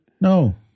No